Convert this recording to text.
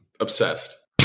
Obsessed